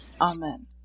Amen